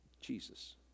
Jesus